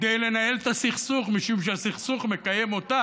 כדי לנהל את הסכסוך, משום שהסכסוך מקיים אותה,